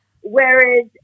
Whereas